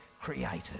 created